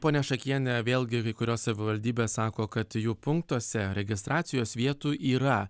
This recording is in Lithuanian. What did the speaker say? ponia šakienė vėlgi kai kurios savivaldybės sako kad jų punktuose registracijos vietų yra